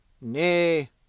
Nay